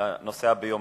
לנושא הביומטרי.